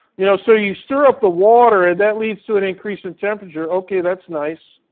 you know, so you stir up the water, that leads to an increase in temperature. okay. that's nice.